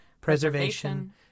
preservation